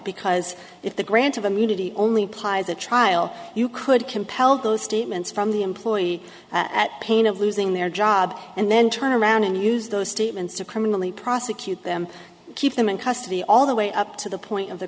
because if the grant of immunity only applies a trial you could compel those statements from the employee at pain of losing their job and then turn around and use those statements to criminally prosecute them keep them in custody all the way up to the point of the